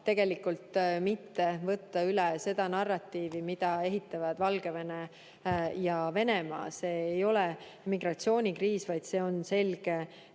teil mitte võtta üle seda narratiivi, mida ehitavad Valgevene ja Venemaa. See ei ole migratsioonikriis, vaid see on selge